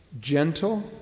gentle